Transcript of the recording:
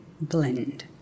blend